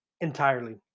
entirely